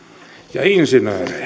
ja insinöörejä